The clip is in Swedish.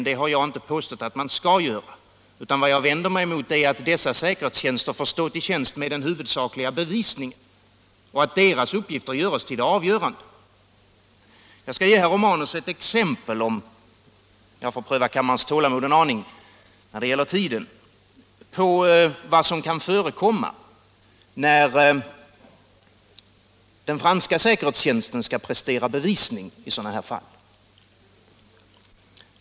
Det har jag inte påstått att man skall göra, utan vad jag vänder mig mot är att dessa säkerhetstjänster får stå till tjänst med den huvudsakliga bevisningen och att deras uppgifter görs till det avgörande. Jag skall ge herr Romanus ett exempel, om jag får pröva kammarens tålamod en aning när det gäller tiden, på vad som kan förekomma när den franska säkerhetstjänsten skall prestera bevisning i sådana här fall.